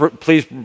please